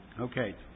Okay